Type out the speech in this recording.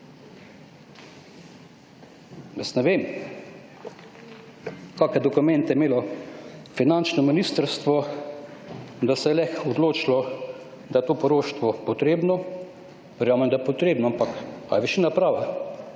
Jaz ne vem, kakšne dokumente je imelo finančno ministrstvo, da se je odločilo, da je to poroštvo potrebno. Najbrž je potrebno. Ampak ali je višina prava,